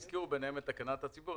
הזכירו ביניהם את תקנת הציבור,